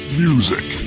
music